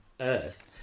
earth